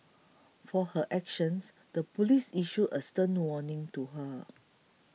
for her actions the police issued a stern warning to her